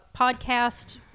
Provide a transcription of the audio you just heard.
podcast